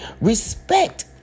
Respect